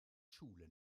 schule